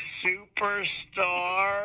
superstar